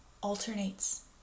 alternates